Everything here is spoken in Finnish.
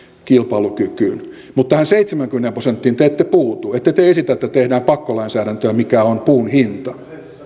kilpailukykyyn mutta tähän seitsemäänkymmeneen prosenttiin te ette puutu ette te esitä että tehdään pakkolainsäädäntöä siitä mikä on puun hinta